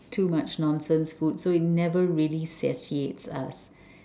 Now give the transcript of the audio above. too much nonsense food so it never really satiates us